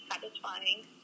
satisfying